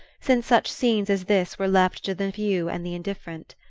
since such scenes as this were left to the few and the indifferent.